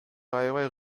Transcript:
аябай